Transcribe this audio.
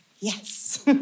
Yes